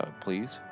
Please